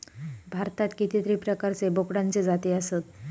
भारतात कितीतरी प्रकारचे बोकडांचे जाती आसत